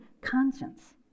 conscience